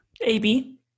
AB